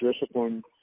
discipline